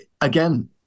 again